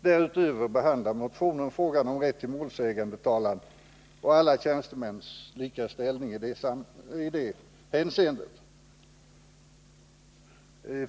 Därutöver behandlar motionen frågan om rätt till målsägandetalan och alla tjänstemäns lika ställning i det hänseendet.